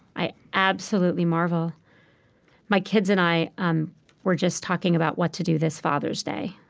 i absolutely marvel my kids and i um were just talking about what to do this father's day.